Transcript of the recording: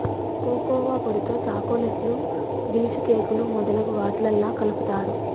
cocoa పొడితో చాకోలెట్లు బీషుకేకులు మొదలగు వాట్లల్లా కలుపుతారు